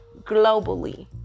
globally